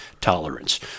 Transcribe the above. tolerance